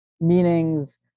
meanings